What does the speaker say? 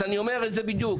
אז אני אומר את זה בדיוק,